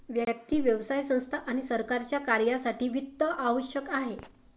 व्यक्ती, व्यवसाय संस्था आणि सरकारच्या कार्यासाठी वित्त आवश्यक आहे